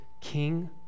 king